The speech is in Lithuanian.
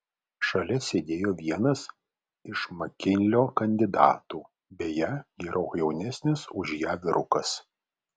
šalia sėdėjo vienas iš makinlio kandidatų beje gerokai jaunesnis už ją vyrukas